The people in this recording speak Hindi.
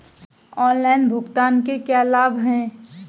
ऑनलाइन भुगतान के क्या लाभ हैं?